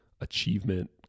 achievement